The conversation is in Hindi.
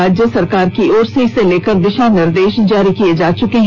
राज्य सरकार की ओर से इसे लेकर दिशा निर्देश जारी किया जा चुका है